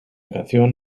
canción